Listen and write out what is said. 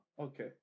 okay